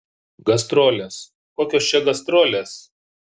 gastrolės kokios čia gastrolės